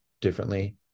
differently